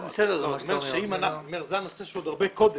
אני אומר שזה הנושא שעוד הרבה קודם.